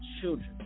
children